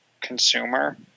consumer